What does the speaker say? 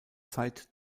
zeit